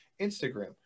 Instagram